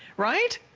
right?